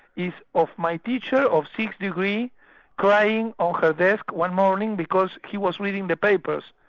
is of my teacher of sixth degree crying on her desk one morning because she was reading the papers,